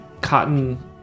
cotton